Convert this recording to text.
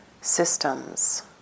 systems